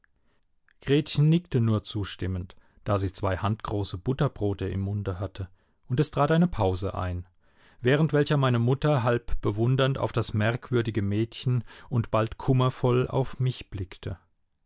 gretchen nickte nur zustimmend da sie zwei handgroße butterbrote im munde hatte und es trat eine pause ein während welcher meine mutter halb bewundernd auf das merkwürdige mädchen und bald kummervoll auf mich blickte